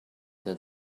that